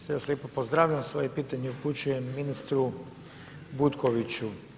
Sve vas lijepo pozdravljam i svoje pitanje upućujem ministru Butkoviću.